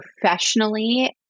professionally